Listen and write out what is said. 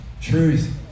truth